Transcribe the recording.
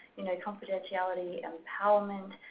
you know, confidentiality, empowerment,